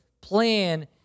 plan